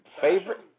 Favorite